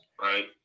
Right